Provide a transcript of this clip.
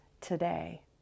today